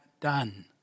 done